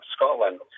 Scotland